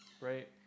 right